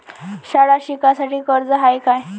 शाळा शिकासाठी कर्ज हाय का?